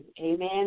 Amen